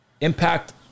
Impact